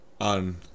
on